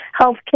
healthcare